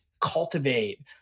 cultivate